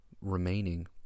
remaining